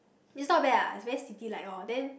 it's not bad lah it's very sticky like lorn then